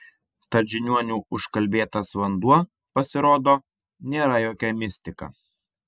tad žiniuonių užkalbėtas vanduo pasirodo nėra jokia mistika